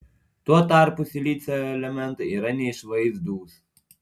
tuo tarpu silicio elementai yra neišvaizdūs